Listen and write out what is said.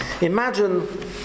imagine